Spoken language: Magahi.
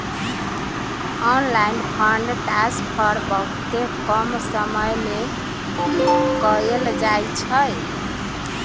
ऑनलाइन फंड ट्रांसफर बहुते कम समय में कएल जाइ छइ